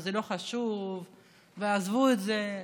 זה לא חשוב ועזבו את זה,